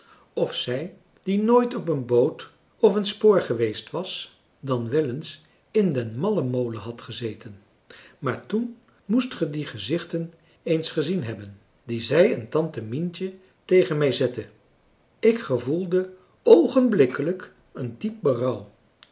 of zij die nooit op een boot of een spoor geweest was dan wel eens in den mallemolen had gezeten maar toen moest ge die gezichten eens gezien hebben die zij en tante mientje tegen mij zetten ik gevoelde oogenblikkelijk een diep